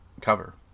cover